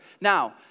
Now